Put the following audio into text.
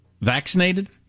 vaccinated